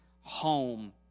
home